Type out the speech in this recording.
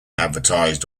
advertised